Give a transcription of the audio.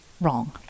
wrong